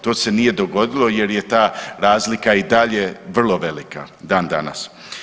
To se nije dogodilo jer je ta razlika i dalje vrlo velika, dan danas.